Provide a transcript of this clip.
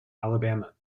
alabama